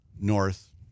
north